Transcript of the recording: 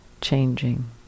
changing